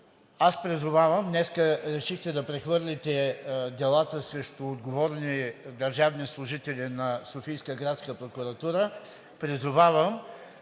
Призовавам, днес решихте да прехвърлите делата срещу отговорни държавни служители на Софийската градска прокуратура,